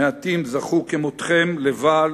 מעטים זכו כמותכם לבעל,